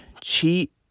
cheat